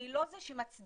אני לא זו שמצדיקה